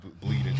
bleeding